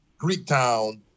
Greektown